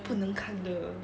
不能看的